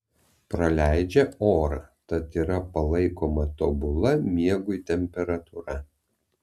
praleidžią orą tad yra palaikoma tobula miegui temperatūra